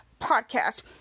podcast